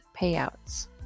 payouts